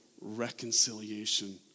reconciliation